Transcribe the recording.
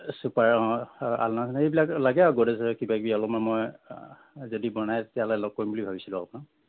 super আলনা চালনা এইবিলাক লাগে আৰু গদ্ৰেজ কিবা কিবি অলপমান মই যদি বনায় তেতিয়াহ'লে লগ কৰিম বুলি ভাবিছিলোঁ আৰু আপোনাক